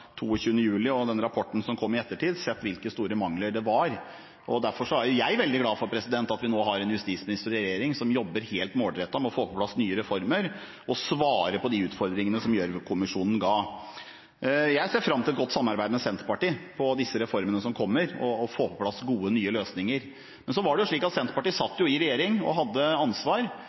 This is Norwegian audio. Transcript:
22. juli og den rapporten som kom i ettertid, sett hvilke store mangler det var. Derfor er jeg veldig glad for at vi nå har en justisminister og en regjering som jobber helt målrettet med å få på plass nye reformer og svare på de utfordringene som Gjørv-kommisjonen ga. Jeg ser fram til et godt samarbeid med Senterpartiet om disse reformene som kommer, og til å få på plass gode, nye løsninger. Men Senterpartiet satt jo i regjering og hadde ansvar